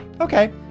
okay